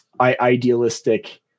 idealistic